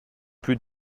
plus